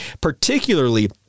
particularly